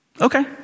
okay